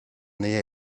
the